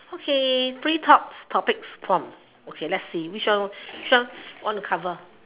okay free talk topic form okay let's see which one which one want to cover